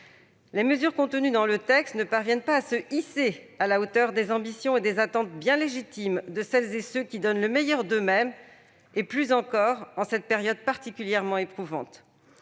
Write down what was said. Les mesures contenues dans le texte ne parviennent pas à se hisser à la hauteur des ambitions et des attentes bien légitimes de celles et ceux qui donnent le meilleur d'eux-mêmes en cette période particulièrement éprouvante.